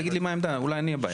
תגיד לי מה העמדה, אולי אני הבעיה.